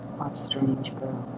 strange bill?